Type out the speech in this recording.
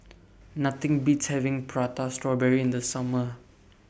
Nothing Beats having Prata Strawberry in The Summer